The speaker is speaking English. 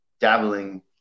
dabbling